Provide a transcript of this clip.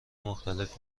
مختلف